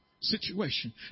situation